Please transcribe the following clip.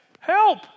Help